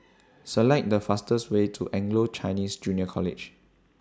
Select The fastest Way to Anglo Chinese Junior College